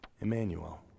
Emmanuel